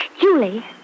Julie